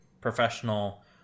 professional